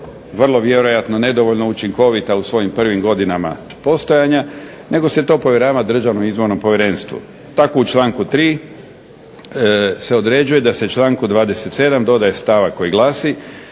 vrlo vjerojatno nedovoljno učinkovita u svojim prvim godinama postojanja, nego se to povjerava Državnom izbornom povjerenstvu. Tako u članku 3. se određuje da se članku 27. dodaje stavak koji glasi